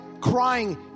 crying